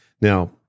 Now